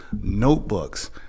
notebooks